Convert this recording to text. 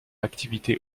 activité